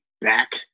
back